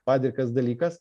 padrikas dalykas